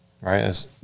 Right